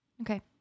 Okay